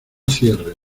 cierre